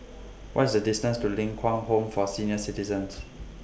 What IS The distance to Ling Kwang Home For Senior Citizens